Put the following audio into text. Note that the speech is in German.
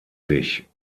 sich